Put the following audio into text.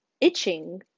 itching